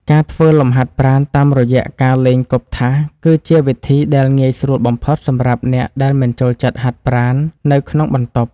ការធ្វើលំហាត់ប្រាណតាមរយៈការលេងគប់ថាស គឺជាវិធីដែលងាយស្រួលបំផុតសម្រាប់អ្នកដែលមិនចូលចិត្តហាត់ប្រាណនៅក្នុងបន្ទប់។